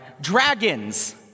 dragons